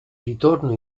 ritorno